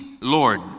Lord